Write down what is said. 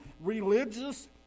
religious